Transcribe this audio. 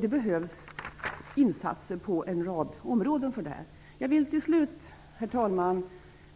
Det behövs alltså insatser på en rad områden i det här sammanhanget. Till slut, herr talman,